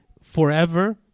forever